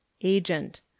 agent